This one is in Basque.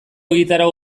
egitarau